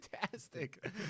fantastic